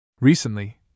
Recently